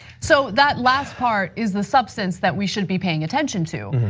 so that last part is the substance that we should be paying attention to.